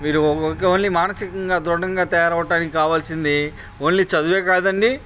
వీరు ఓన్లీ మానసికంగా దృఢంగా తయారవ్వడానికి కావాల్సింది ఓన్లీ చదువే కాదండి